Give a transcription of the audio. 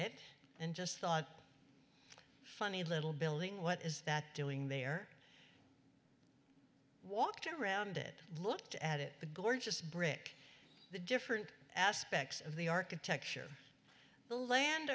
it and just thought funny little building what is that doing there walked around it looked at it the gorgeous brick the different aspects of the architecture the land